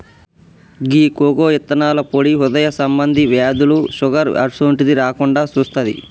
గీ cocoa ఇత్తనాల పొడి హృదయ సంబంధి వ్యాధులు, షుగర్ అసోంటిది రాకుండా సుత్తాది